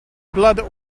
blood